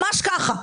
ממש כך.